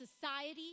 society